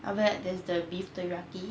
after that there's the beef teriyaki